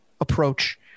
approach